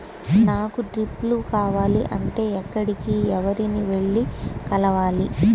నాకు డ్రిప్లు కావాలి అంటే ఎక్కడికి, ఎవరిని వెళ్లి కలవాలి?